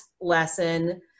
lesson